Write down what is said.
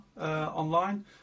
online